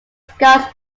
scars